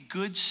good